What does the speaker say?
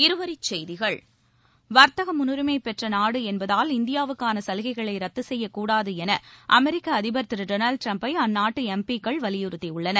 இருவரிச்செய்திகள் வர்த்தக முன்னுரிமை பெற்ற நாடு என்பதால் இந்தியாவுக்கான சலுகைகளை ரத்து செய்யக் கூடாது என அமெரிக்க அதிபர் திரு டொனால்ட் டரம்ப்பை அந்நாட்டு எம்பிக்கள் வலியுறுத்தியுள்ளனர்